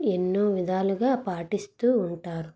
ఎన్నో విధాలుగా పాటిస్తు ఉంటారు